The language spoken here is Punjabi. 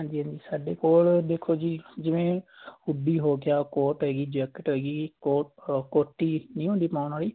ਹਾਂਜੀ ਹਾਂਜੀ ਸਾਡੇ ਕੋਲ ਦੇਖੋ ਜੀ ਜਿਵੇਂ ਹੁਡੀ ਹੋ ਗਿਆ ਕੋਟ ਹੈਗੀ ਜੈਕਟ ਹੈਗੀ ਕੋਟ ਕੋਟੀ ਨਹੀਂ ਹੁੰਦੀ ਪਾਉਣ ਵਾਲੀ